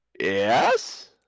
Yes